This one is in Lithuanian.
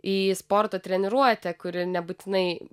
į sporto treniruotę kuri nebūtinai